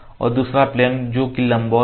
और दूसरा प्लेन जो कि लंबवत है